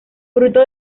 fruto